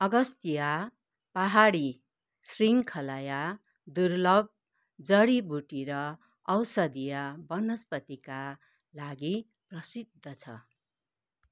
अगस्तिया पहाडी शृङ्खलाय दुर्लभ जडीबुटी र औषधीय वनस्पतिका लागि प्रसिद्ध छ